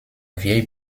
vieille